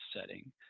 setting